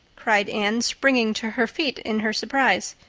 cried anne, springing to her feet in her surprise.